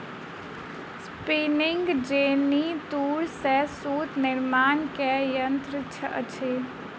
spinning jenny तूर से सूत निर्माण के यंत्र अछि